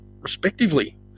respectively